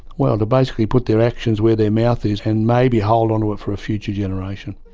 well, to basically put their actions where their mouth is and maybe hold onto it for a future generation.